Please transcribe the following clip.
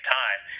time